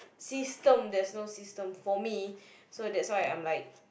system there is no system for me so that's why I'm like